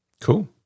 Cool